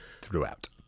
throughout